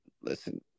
Listen